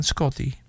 Scotty